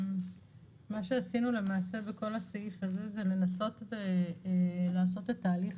מה שלמעשה עשינו בכל הסעיף הזה זה לנסות לעשות את תהליך